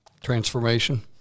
transformation